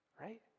Right